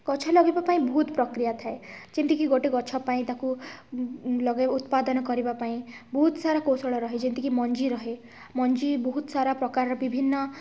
ଗଛ ଲଗେଇବା ପାଇଁ ବହୁତ ପ୍ରକ୍ରିୟା ଥାଏ ଯେମିତିକି ଗୋଟେ ଗଛପାଇଁ ତାକୁ ଲଗେଇ ଉତ୍ପାଦନ କରିବାପାଇଁ ବହୁତ ସାରା କୌଶଳ ରହେ ଯେମିତିକି ମଞ୍ଜି ରହେ ମଞ୍ଜି ବହୁତ ସାରା ପ୍ରକାରର ବିଭିନ୍ନ